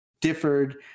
differed